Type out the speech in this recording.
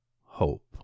Hope